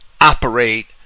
operate